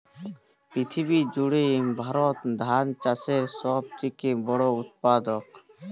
পৃথিবী জুড়ে ভারত ধান চাষের সব থেকে বড় উৎপাদক